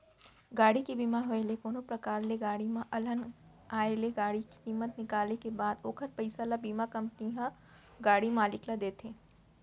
गाड़ी के बीमा होय ले कोनो परकार ले गाड़ी म अलहन आय ले गाड़ी के कीमत निकाले के बाद ओखर पइसा ल बीमा कंपनी ह गाड़ी मालिक ल देथे